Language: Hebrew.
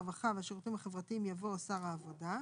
הרווחה והשירותים החברתיים" יבוא "שר העבודה".